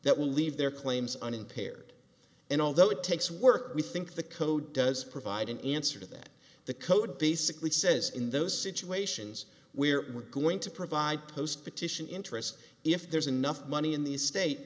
that will leave their claims unimpaired and although it takes work we think the code does provide an answer to that the code basically says in those situations we're going to provide post petition interest if there's enough money in the state